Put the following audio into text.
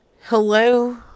Hello